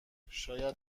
شاید